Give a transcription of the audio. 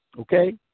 Okay